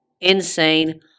Insane